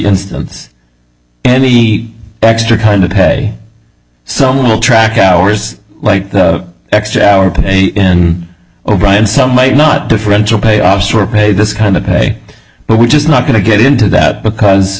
instance any extra kind of pay some will track hours like the extra hour pay o'brien some might not differential pay offs or pay this kind of pay but we're just not going to get into that because